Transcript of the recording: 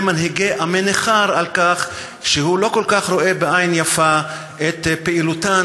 מנהיגי עמי נכר על כך שהוא לא כל כך רואה בעין יפה את פעילותן